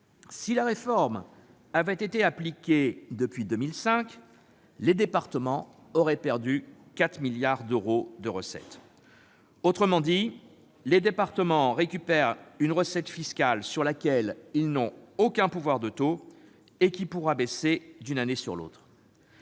Si la réforme avait été appliquée depuis 2005, les départements auraient ainsi perdu 4 milliards d'euros de recettes. Autrement dit, ils récupèrent une recette fiscale sur laquelle ils n'ont aucun pouvoir de taux et qui pourra baisser d'une année sur l'autre.